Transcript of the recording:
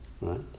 right